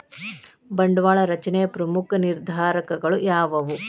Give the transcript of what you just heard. ಬಂಡವಾಳ ರಚನೆಯ ಪ್ರಮುಖ ನಿರ್ಧಾರಕಗಳು ಯಾವುವು